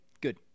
Good